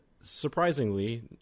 surprisingly